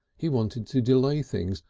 he wanted to delay things,